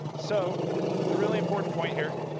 so the really important point here.